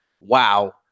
wow